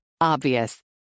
Obvious